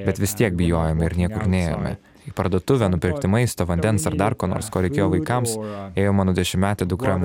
bet vis tiek bijojome ir niekur nėjome į parduotuvę nupirkti maisto vandens ar dar ko nors ko reikėjo vaikams mano dešimtmetė dukra